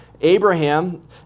Abraham